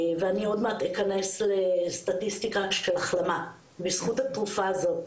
ואני עוד מעט אכנס לסטטיסטיקה של החלמה בזכות התרופה הזאת.